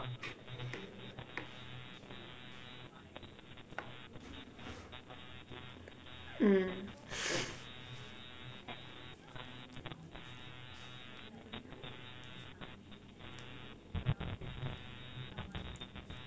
mm